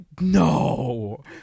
no